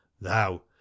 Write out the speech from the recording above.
Thou